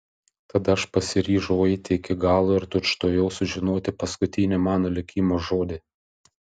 tada aš pasiryžau eiti iki galo ir tučtuojau sužinoti paskutinį mano likimo žodį